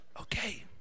okay